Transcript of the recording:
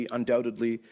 undoubtedly